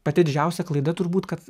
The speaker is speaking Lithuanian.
pati didžiausia klaida turbūt kad